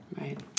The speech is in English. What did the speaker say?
right